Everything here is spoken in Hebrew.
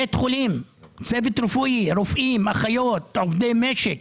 בית חולים, צוות רפואי, רופאים, אחיות, עובדי משק